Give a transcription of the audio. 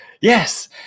Yes